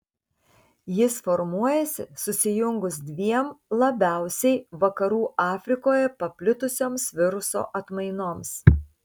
jis formuojasi susijungus dviem labiausiai vakarų afrikoje paplitusioms viruso atmainoms